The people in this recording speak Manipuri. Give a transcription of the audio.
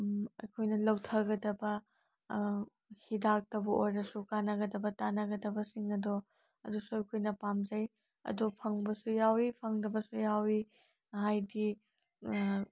ꯑꯩꯈꯣꯏꯅ ꯂꯧꯊꯒꯗꯕ ꯍꯤꯗꯥꯛꯇꯕꯨ ꯑꯣꯏꯔꯁꯨ ꯀꯥꯟꯅꯒꯗꯕ ꯇꯥꯟꯅꯒꯗꯕꯁꯤꯡ ꯑꯗꯣ ꯑꯗꯨꯁꯨ ꯑꯩꯈꯣꯏꯅ ꯄꯥꯝꯖꯩ ꯑꯗꯨ ꯐꯪꯕꯁꯨ ꯌꯥꯎꯏ ꯐꯪꯗꯕꯁꯨ ꯌꯥꯎꯏ ꯍꯥꯏꯗꯤ